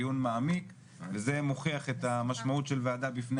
דיון מעמיק וזה מוכיח את המשמעות של ועדה בפני